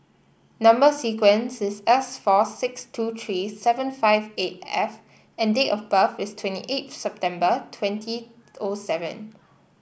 number sequence is S four six two three seven five eight F and date of birth is twenty eight September twenty O seven